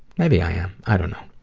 maybe i am. i don't know.